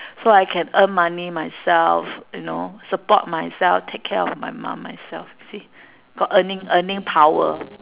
so I can earn money myself you know support myself take care of my mom myself see got earning earning power